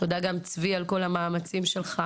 תודה גם לצבי על כל המאמצים שלך,